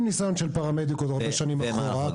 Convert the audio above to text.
עם ניסיון של פרמדיק עוד הרבה שנים אחורה.